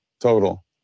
total